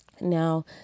Now